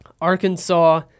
Arkansas